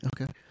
okay